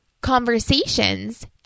conversations